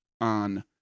on